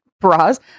Bras